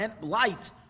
light